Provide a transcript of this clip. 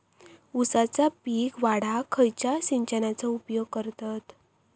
ऊसाचा पीक वाढाक खयच्या सिंचनाचो उपयोग करतत?